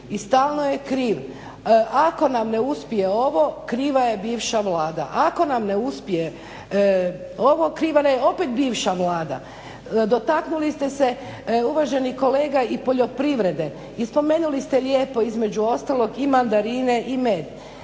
netko drugi kriv. Ako nam ne uspije ovo kriva je bivša Vlada, ako nam ne uspije ovo kriva nam je opet bivša Vlada. Dotaknuli ste se uvaženih kolega i poljoprivrede i spomenuli ste lijepo, između ostalog, i mandarine i med.